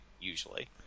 usually